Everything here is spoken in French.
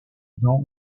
dans